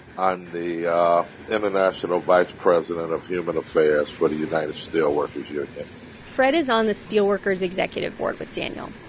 i'm the yeah international vice president of human affairs for the united steelworkers union fred is on the steelworkers executive board with daniel.